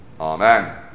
Amen